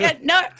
No